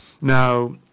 Now